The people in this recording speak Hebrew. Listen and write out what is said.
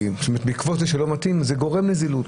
בעקבות זאת שלא עוטים, זה גורם לזילות.